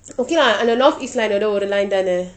okay lah on the north east line ஒரு:oru line தானே:thaanei